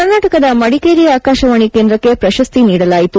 ಕರ್ನಾಟಕದ ಮಡಿಕೇರಿ ಆಕಾಶವಾಣಿ ಕೇಂದ್ರಕ್ಕೆ ಪ್ರಶಸ್ತಿ ನೀಡಲಾಯಿತು